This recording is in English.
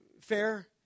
fair